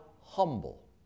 humble